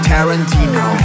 Tarantino